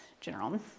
general